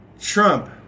Trump